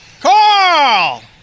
Carl